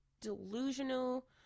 delusional